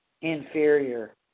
Inferior